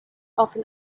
often